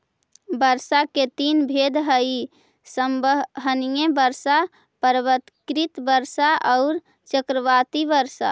वर्षा के तीन भेद हई संवहनीय वर्षा, पर्वतकृत वर्षा औउर चक्रवाती वर्षा